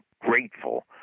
grateful